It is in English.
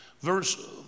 verse